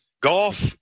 Golf